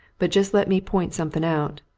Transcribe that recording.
but just let me point something out.